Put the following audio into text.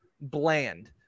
bland